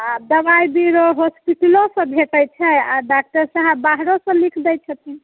आ दवाइ बीरो होस्पिटलोसँ भेटैत छै आ डॉक्टर साहब बाहरोसँ लिख दय छथिन